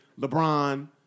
LeBron